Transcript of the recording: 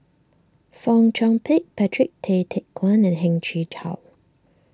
Fong Chong Pik Patrick Tay Teck Guan and Heng Chee How